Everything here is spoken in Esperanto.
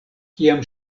kiam